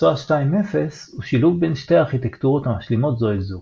SOA 2.0 הוא שילוב בין שתי ארכיטקטורות המשלימות זו את זו